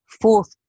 fourth